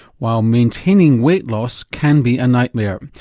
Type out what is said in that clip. while maintaining weight loss can be a nightmare.